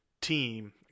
team